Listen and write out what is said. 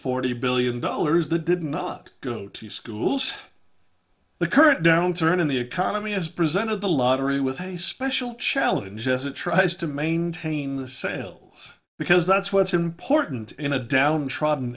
forty billion dollars the did not go to schools the current downturn in the economy has presented the lottery with a special challenge as it tries to maintain the sales because that's what's important in a downtrodden